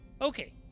Okay